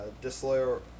Disloyal